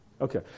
Okay